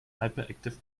hyperactive